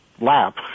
lap